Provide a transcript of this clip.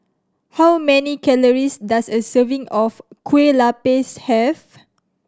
how many calories does a serving of Kueh Lapis have